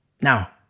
now